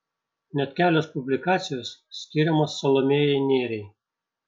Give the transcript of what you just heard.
net kelios publikacijos skiriamos salomėjai nėriai